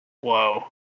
Whoa